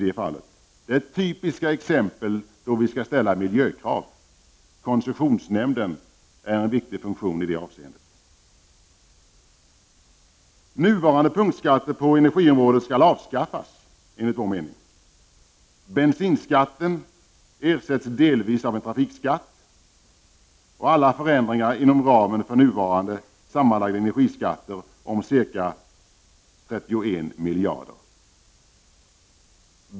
Detta är typiska exempel på områden där vi skall ställa miljökrav. Koncessionsnämnden fyller en viktig funktion i detta avseende. Nuvarande punktskatter på energiområdet skall enligt vår mening avskaffas. Bensinskatten ersätts delvis av en trafikskatt. Allt detta är förändringar inom ramen för nuvarande sammanlagda energiskatter om ca 31 miljarder.